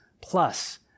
plus